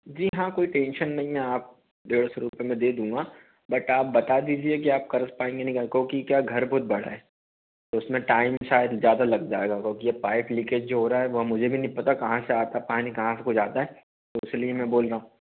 जी हाँ कोई टेंशन नहीं है आप डेढ़ सौ रुपये मैं दे दूँगा बट आप बता दीजिए कि आप कर पाएँगे नहीं क्योंकि क्या घर बहुत बड़ा है उसमें टाइम शायद ज्यादा लग जाएगा क्योंकि ये पाइप लीकेज जो हो रहा है वह मुझे भी नहीं पता कहाँ से आता पानी कहाँ को जाता है इसलिए मैं बोल रहा हूँ